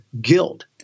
guilt